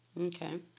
Okay